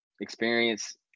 experience